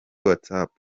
watsapp